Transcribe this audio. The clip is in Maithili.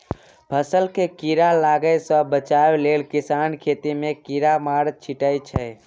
फसल केँ कीड़ा लागय सँ बचाबय लेल किसान खेत मे कीरामार छीटय छै